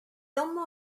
amañ